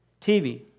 TV